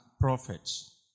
prophets